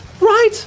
Right